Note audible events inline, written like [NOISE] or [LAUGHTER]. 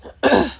[NOISE]